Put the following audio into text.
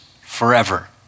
forever